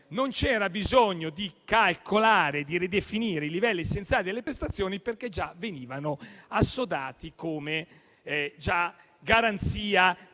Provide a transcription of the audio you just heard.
non c'era bisogno di ridefinire i livelli essenziali delle prestazioni perché venivano già assodati come garanzia